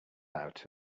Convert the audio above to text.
out